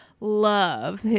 love